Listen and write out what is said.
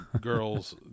girls